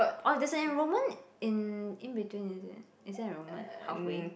orh there's an enrolment in in between is it is there an enrolment halfway